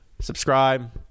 subscribe